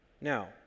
Now